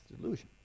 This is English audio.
delusion